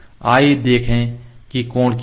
आइए देखें कि कोण क्या है